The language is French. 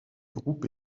groupe